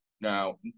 Now